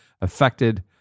affected